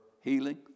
healing